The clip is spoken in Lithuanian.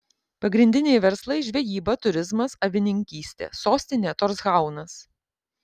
pagrindiniai verslai žvejyba turizmas avininkystė sostinė torshaunas